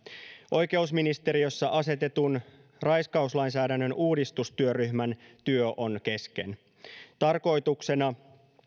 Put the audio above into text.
oikeusministeriössä asetetun raiskauslainsäädännön uudistustyöryhmän työ on kesken tarkoituksena